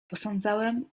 posądzałem